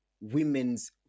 women's